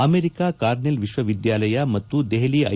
America Cornell ವಿಶ್ವವಿದ್ಯಾಲಯ ಮತ್ತು ದೆಪಲಿ ಐ